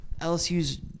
LSU's